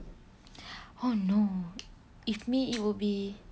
oh no if me it will be